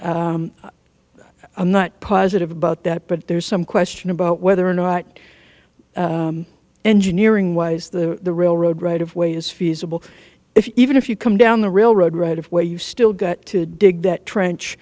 cable i'm not positive about that but there's some question about whether or not engineering wise the railroad right of way is feasible if even if you come down the railroad right of way you've still got to dig that trench